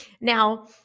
now